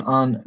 on